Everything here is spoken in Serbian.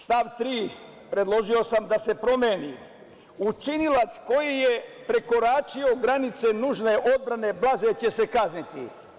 Stav 3, predložio sam da se promeni – učinilac koji je prekoračio granice nužne odbrane blaže će se kazniti.